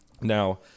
Now